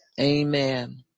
amen